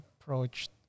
approached